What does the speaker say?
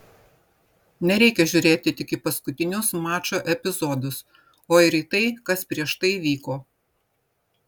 nereikia žiūrėti tik į paskutinius mačo epizodus o ir į tai kas prieš tai vyko